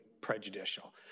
prejudicial